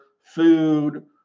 food